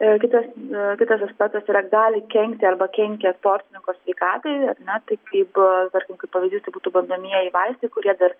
a kitas a kitas aspektas yra gali kenkti arba kenkia sportininko sveikatai na tai kaip pavyzdys tarkim kaip pavyzdys būtų bandomieji vaistai kurie dar